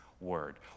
word